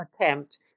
attempt